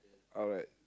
alright